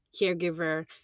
caregiver